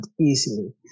easily